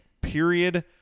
period